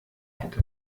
hätte